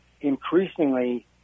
increasingly